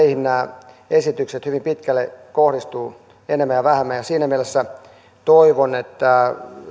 nämä esitykset hyvin pitkälle kohdistuvat enemmän ja vähemmän siinä mielessä toivon että